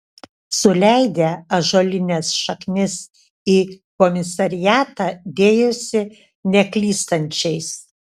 suleidę ąžuolines šaknis į komisariatą dėjosi neklystančiais